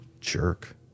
jerk